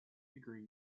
degree